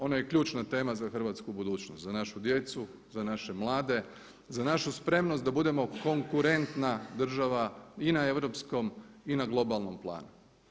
Ona je ključna tema za hrvatsku budućnost, za našu djecu, za naše mlade, za našu spremnost da budemo konkurentna država i na europskom i na globalnom planu.